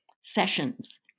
sessions